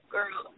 Girl